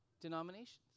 denominations